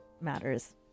matters